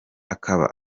akaba